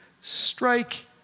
strike